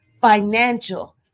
financial